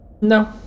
No